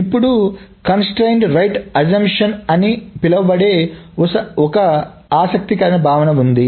ఇప్పుడు నిర్బంధ వ్రాత ఊహ అని పిలువబడే ఒక ఆసక్తికరమైన భావన ఉంది